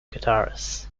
guitarists